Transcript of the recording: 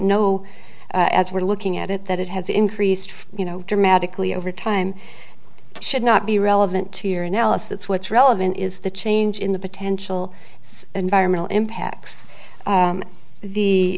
know as we're looking at it that it has increased you know dramatically over time should not be relevant to your analysis what's relevant is the change in the potential environmental impacts